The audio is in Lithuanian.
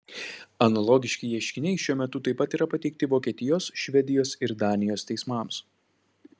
analogiški ieškiniai šiuo metu taip pat yra pateikti vokietijos švedijos ir danijos teismams